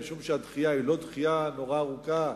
משום שהדחייה היא לא דחייה נורא ארוכה,